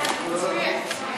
22 בעד,